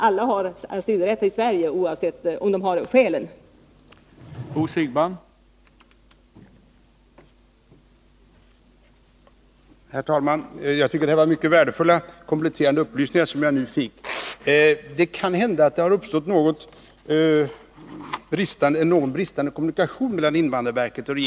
Alla har asylrätt i Sverige, oavsett om de har skäl till det.